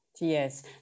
Yes